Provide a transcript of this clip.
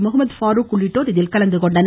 முகமது பாருக் உள்ளிட்டோர் இதில் கலந்துகொண்டனர்